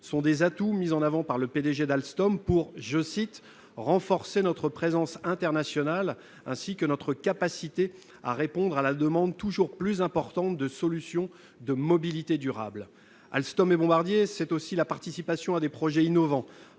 sont des atouts mis en avant par le PDG d'Alstom pour « renforcer notre présence internationale ainsi que notre capacité à répondre à la demande toujours plus importante de solutions de mobilité durable ». Alstom et Bombardier, c'est aussi la participation à des projets innovants